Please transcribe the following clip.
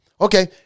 Okay